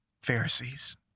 Pharisees